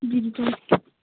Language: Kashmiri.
بِلکُل